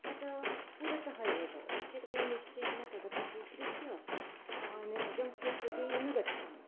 तत् पुरतः एव भवति चेत् वयं निश्चयेन तदपि स्वीकृत्य जङ्क् फ़ुड् प्रति न गच्छामः